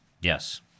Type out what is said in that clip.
Yes